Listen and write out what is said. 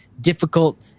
difficult